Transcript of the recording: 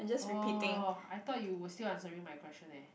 orh I thought you were still answering my question eh